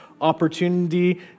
opportunity